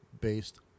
based